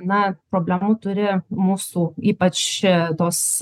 na problemų turi mūsų ypač čia tos